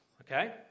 okay